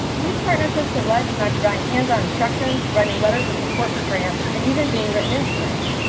these partnerships have led to my providing hands-on instruction, writing letters of support for grants, and even being written into grants.